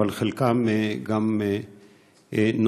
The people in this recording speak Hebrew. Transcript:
אבל חלקם גם נוצרים.